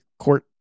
court